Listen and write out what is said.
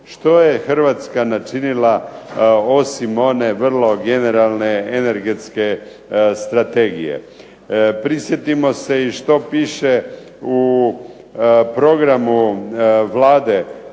Što je Hrvatska načinila osim one vrlo generalne energetske strategije? Prisjetimo se i što piše u programu Vlade